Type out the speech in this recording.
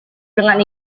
dengan